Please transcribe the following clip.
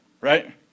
right